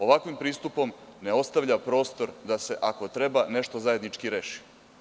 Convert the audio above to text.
Ovakvim pristupom se ne ostavlja prostor da se, ako treba, nešto zajednički reši.